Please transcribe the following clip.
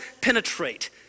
penetrate